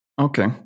Okay